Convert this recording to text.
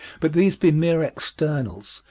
but these be mere externals.